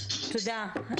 תודה.